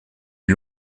eus